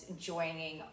joining